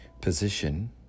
position